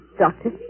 Doctor